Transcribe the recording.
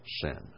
sin